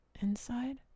inside